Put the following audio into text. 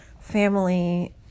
family